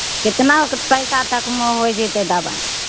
कितना पैसा तकमे होइ जैतै दबाई